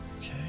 Okay